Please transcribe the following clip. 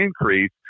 increase